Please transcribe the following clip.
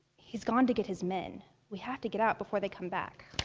he's gone to get his men. we have to get out before they come back.